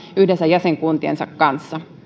yhdessä jäsenkuntiensa kanssa